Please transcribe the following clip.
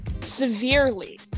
severely